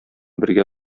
бергә